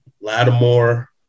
Lattimore